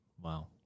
Wow